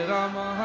Rama